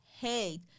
hate